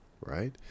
right